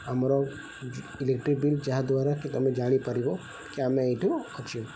ଆମର electric bill ଯାହାଦ୍ୱାରା କି ତମେ ଜାଣିପାରିବ କି ଆମେ ଏଇଠି ଅଛୁ